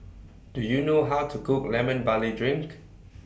Do YOU know How to Cook Lemon Barley Drink